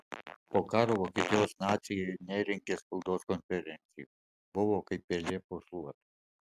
po karo vokietijos naciai nerengė spaudos konferencijų buvo kaip pelės po šluota